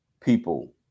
people